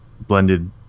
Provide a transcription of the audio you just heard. blended